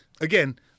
Again